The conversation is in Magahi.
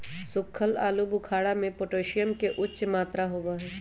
सुखल आलू बुखारा में पोटेशियम के उच्च मात्रा होबा हई